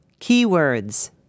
Keywords